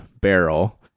barrel